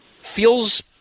feels